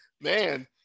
Man